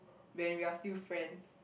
when we are still friends